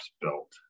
built